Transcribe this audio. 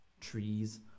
trees